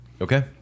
Okay